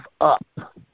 up